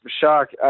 shock